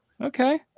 okay